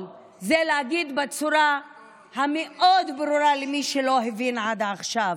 להגיד בצורה מאוד ברורה למי שלא הבין עד עכשיו: